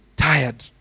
tired